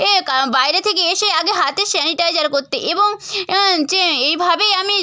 এ কা বাইরে থেকে এসে আগে হাতে স্যানিটাইজার করতে এবং যে এইভাবেই আমি